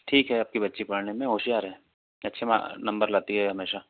ठीक है आपकी बच्ची पढ़ने में होशियार है अच्छे नंबर लाती है हमेशा